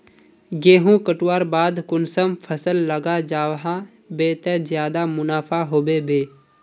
गेंहू कटवार बाद कुंसम फसल लगा जाहा बे ते ज्यादा मुनाफा होबे बे?